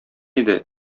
иде